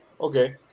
okay